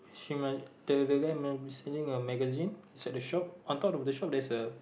human the the guy the seeing the magazine at the shop on top of the shop there's a